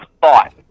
thought